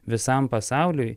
visam pasauliui